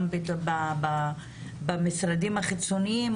גם במשרדים החיצוניים,